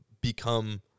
become